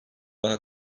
daha